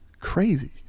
crazy